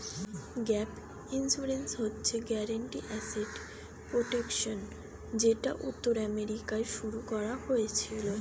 gap insurance হচ্ছে guaranteed asset protection যেটা উত্তর আমেরিকায় শুরু করা হয়েছিল